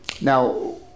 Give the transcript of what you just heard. Now